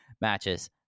matches